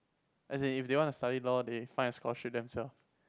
as in if they want to study law they find a scholarship themselves